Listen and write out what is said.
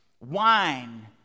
Wine